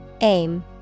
Aim